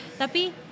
tapi